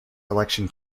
election